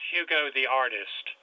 HugoTheArtist